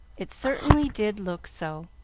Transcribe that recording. it certainly did look so,